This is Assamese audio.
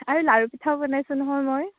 আৰু লাড়ু পিঠাও বনাইছোঁ নহয় মই